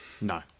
no